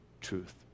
truth